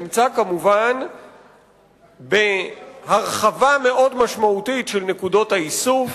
נמצא כמובן בהרחבה מאוד משמעותית של נקודות האיסוף,